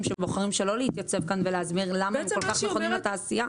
שבוחרים שלא להתייצב כאן ולהסביר למה הם כל כך נכונים לתעשייה,